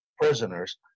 prisoners